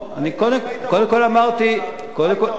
אם היית באופוזיציה עכשיו, מה היית אומר?